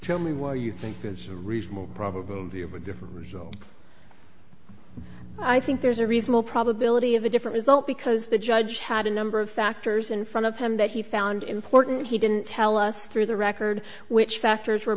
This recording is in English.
tell me what you think is a reasonable probability of a different result i think there's a reasonable probability of a different result because the judge had a number of factors in front of him that he found important he didn't tell us through the record which factors were